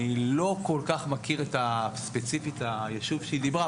אני לא כל כך מכיר ספציפית את היישוב שהיא דיברה,